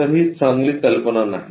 तर ही चांगली कल्पना नाही